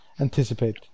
anticipate